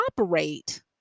operate